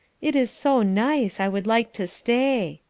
it is so nice, i would like to stay.